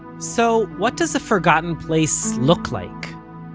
so what does a forgotten place look like?